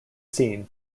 scene